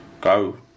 go